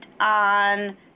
on